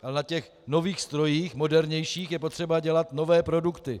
A na těch nových strojích, modernějších, je potřeba dělat nové produkty.